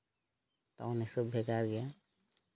town ᱦᱤᱥᱟᱹᱵ ᱵᱷᱮᱜᱟᱨ ᱜᱮᱭᱟ